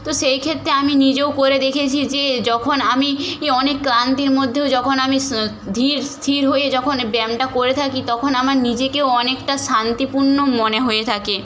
তো সেই ক্ষেত্রে আমি নিজেও করে দেখেছি যে যখন আমি ই অনেক ক্লান্তির মধ্যেও যখন আমি স্ ধীর স্থির হয়ে যখন ব্যায়ামটা করে থাকি তখন আমার নিজেকে অনেকটা শান্তিপূর্ণ মনে হয়ে থাকে